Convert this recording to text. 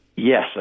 Yes